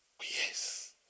Yes